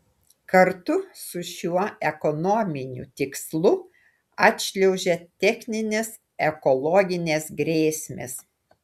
kartu su šiuo ekonominiu tikslu atšliaužia techninės ekologinės grėsmės